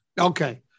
Okay